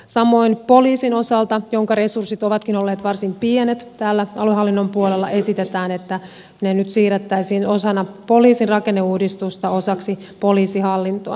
samoin poliisin osalta jonka resurssit ovatkin olleet varsin pienet täällä aluehallinnon puolella esitetään että ne nyt siirrettäisiin osana poliisin rakenneuudistusta osaksi poliisihallintoa